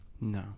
No